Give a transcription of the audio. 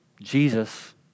Jesus